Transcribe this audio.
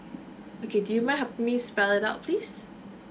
okay do you mind help me spell it out please